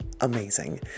Amazing